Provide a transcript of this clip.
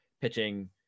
pitching